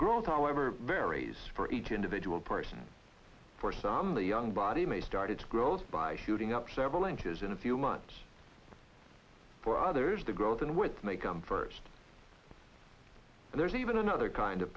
growth however varies for each individual person for some the young body may start its growth by shooting up several inches in a few months for others the growth and with may come first and there is even another kind of